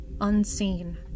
unseen